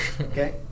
Okay